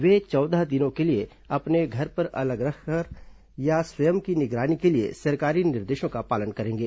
वे चौदह दिनों के लिए अपने घर पर अलग रहकर या स्वयं की निगरानी के लिए सरकारी निर्देशों का पालन करेंगे